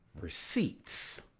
receipts